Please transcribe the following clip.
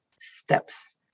steps